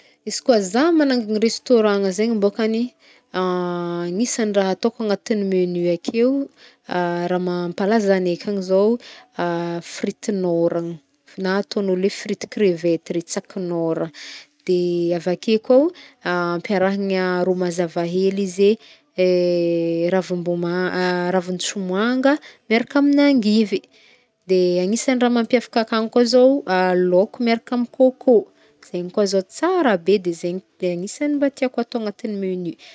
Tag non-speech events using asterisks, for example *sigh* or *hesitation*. Izy kôa zah magnagna restaurant a zegny bôkagny, *hesitation* agnisan'ny raha atôko agnatin'ny menu akeo, *hesitation* ra ma- mampalaza agnay ankagny zao, *hesitation* fritin'ôragna, na ataon'olo hoe frity krevety re tsakagnôra. *hesitation* Avake koa o amperahigna ro mazava hely izy e, *hesitation* ravomboma- *hesitation* ravintsomoanga miaraka amin'ny angivy. De agnisan'ny raha mampiavaka ankagny koa o zao *hesitation* laoko miaraka am côcô, zegny koa zao tsara be de zegny de agnisan'ny mba tiako atao agnatign'ny menu.